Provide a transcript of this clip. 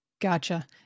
Gotcha